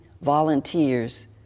volunteers